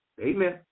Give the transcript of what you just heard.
Amen